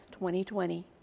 2020